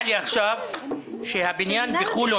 עכשיו שהבניין בחולון